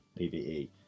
PVE